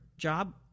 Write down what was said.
job